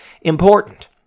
important